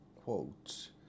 quotes